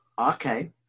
Okay